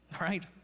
Right